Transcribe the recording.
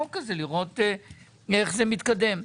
החוק הזה לראות איך הוא מתקדם.